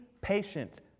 patient